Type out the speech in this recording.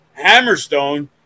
hammerstone